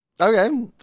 Okay